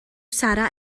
sarra